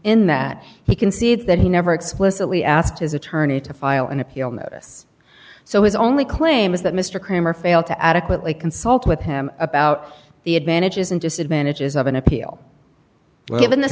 in that he concedes that he never explicitly asked his attorney to file an appeal notice so his only claim is that mr cramer failed to adequately consult with him about the advantages and disadvantages of an appeal well given the